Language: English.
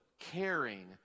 caring